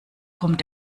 kommt